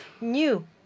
new